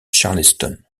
charleston